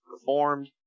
performed